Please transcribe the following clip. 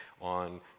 on